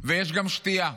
ויש גם שתייה.